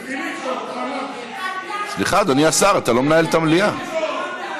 חיליק, אתה מוכן להמשיך?